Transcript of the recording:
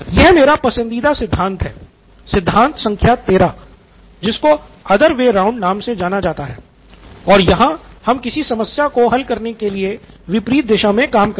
यह मेरा पसंदीदा सिद्धांत है सिद्धांत संख्या तेहरा जिसको other way round नाम से जाना जाता है और यहां हम किसी समस्या को हल करने के लिए विपरीत दिशा मे काम करते हैं